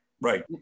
Right